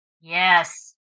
Yes